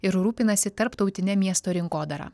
ir rūpinasi tarptautine miesto rinkodara